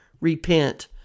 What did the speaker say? Repent